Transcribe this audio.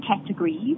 categories